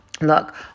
look